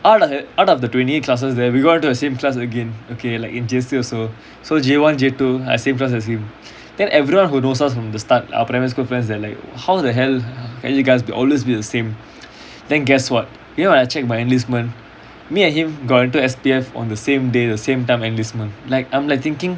out of the out of the twenty eight classes there we got into the same class again okay like in J_C also so J one J two I same class as him then everyone who knows us from the start our primary school friends they're like how the hell can you guys will always be the same then guess what you know I check my enlistment me and him got into S_P_F on the same day the same time enlistment like I'm like thinking